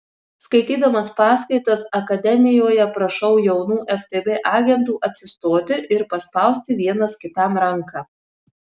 skaitydamas paskaitas akademijoje prašau jaunų ftb agentų atsistoti ir paspausti vienas kitam ranką